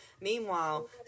Meanwhile